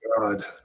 God